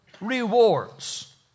rewards